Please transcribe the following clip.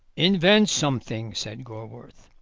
invent something, said gorworth.